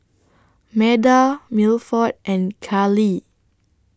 Meda Milford and Kallie